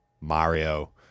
Mario